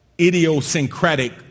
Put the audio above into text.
idiosyncratic